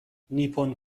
نیپون